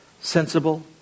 Sensible